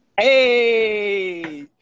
Hey